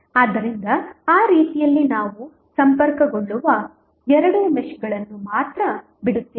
ಆದ್ದರಿಂದ ಆ ರೀತಿಯಲ್ಲಿ ನಾವು ಸಂಪರ್ಕಗೊಳ್ಳುವ ಎರಡು ಮೆಶ್ ಗಳನ್ನು ಮಾತ್ರ ಬಿಡುತ್ತೇವೆ